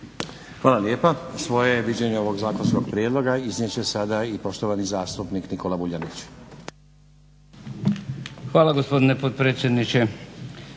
Hvala lijepa. Svoje viđenje ovog zakonskog prijedloga iznijet će sada i poštovani zastupnik Nikola Vuljanić. **Vuljanić,